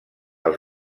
els